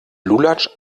lulatsch